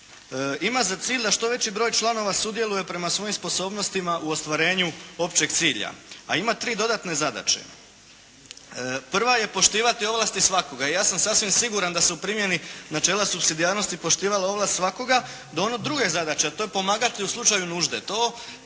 ima za cilj da što veći broj članova sudjeluje prema svojim sposobnostima u ostvarenju općeg cilja. A ima tri dodatne zadaće. Prva je poštivati ovlasti svakoga. Ja sam sasvim siguran da su u primjeni načela subsidijarnosti poštivala ovlast svakoga do one druge zadaće a to je pomagati će u slučaju nužde.